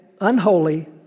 unholy